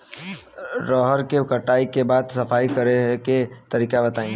रहर के कटाई के बाद सफाई करेके तरीका बताइ?